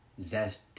zest